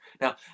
Now